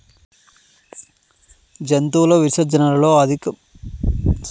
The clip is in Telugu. జంతువుల విసర్జనలలో అధిక స్థాయిలో నత్రజని, భాస్వరం మరియు పొటాషియం ఉంటాయి అందుకే నేరుగా పంటలకు ఏస్తారు